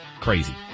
crazy